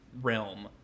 realm